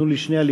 תנו לי לבדוק,